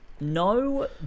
no